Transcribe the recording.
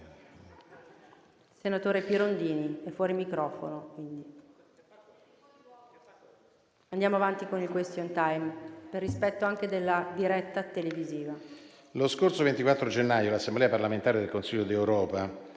Lo scorso 24 gennaio l'Assemblea parlamentare del Consiglio d'Europa,